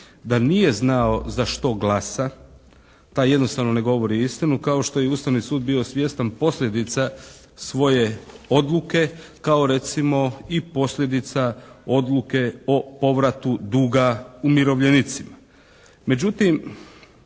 da nije znao za što glasa taj jednostavno ne govori istinu kao što je i Ustavni sud bio svjestan posljedica svoje odluke kao recimo i posljedica odluke o povratu duga umirovljenicima.